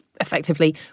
effectively